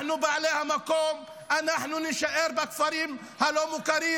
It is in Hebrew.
אנחנו בעלי המקום, אנחנו נישאר בכפרים הלא-מוכרים.